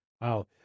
Wow